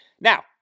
Now